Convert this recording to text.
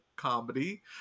Comedy